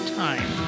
time